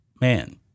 Man